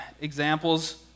examples